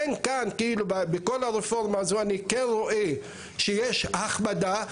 בכל הרפורמה הזו אני כן רואה שיש הכבדה.